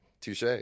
touche